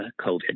COVID